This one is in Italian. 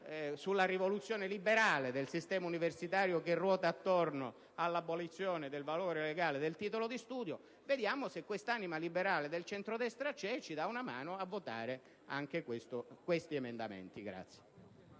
sulla rivoluzione liberale del sistema universitario che ruota attorno all'abolizione del valore legale del titolo di studio. Vediamo se questa anima liberale del centrodestra esiste e se ci dà una mano a sostenere anche questi emendamenti.